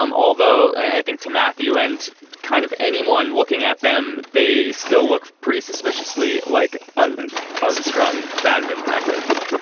um although i think to matthew and kind of anyone looking at them, they still look pretty suspiciously like and and like unstrung badminton rackets